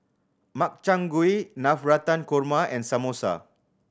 Makchang Gui Navratan Korma and Samosa